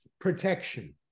protection